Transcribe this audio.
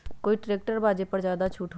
कोइ ट्रैक्टर बा जे पर ज्यादा छूट हो?